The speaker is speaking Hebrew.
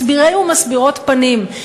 מסבירי ומסבירות פנים.